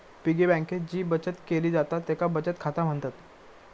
piggy बँकेत जी बचत केली जाता तेका बचत खाता म्हणतत